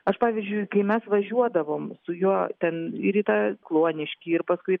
aš pavyzdžiui kai mes važiuodavom su juo ten ir į tą kluoniškį ir paskui